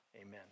Amen